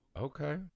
Okay